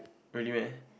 really meh